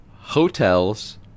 hotels